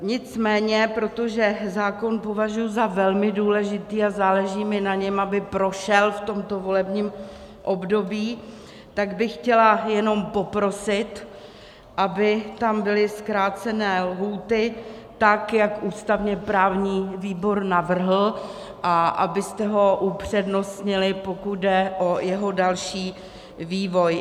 Nicméně protože zákon považuji za velmi důležitý a záleží mi na něm, aby prošel v tomto volebním období, tak bych chtěla jenom poprosit, aby tam byly zkrácené lhůty tak, jak ústavněprávní výbor navrhl, a abyste ho upřednostnili, pokud jde o jeho další vývoj.